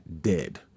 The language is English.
dead